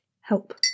help